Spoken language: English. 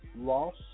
loss